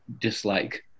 dislike